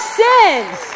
sins